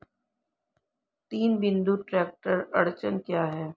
तीन बिंदु ट्रैक्टर अड़चन क्या है?